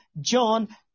John